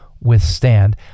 withstand